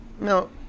No